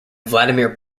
vladimir